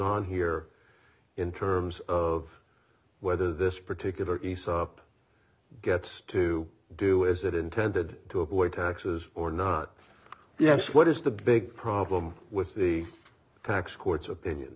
on here in terms of whether this particular aesop gets to do is it intended to avoid taxes or not yes what is the big problem with the tax court's opinion